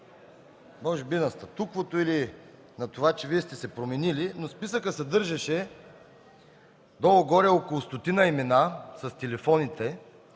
може би на статуквото, или на това, че Вие сте се променили. Списъкът съдържаше долу-горе около стотина имена с телефоните,